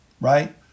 right